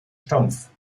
stumpf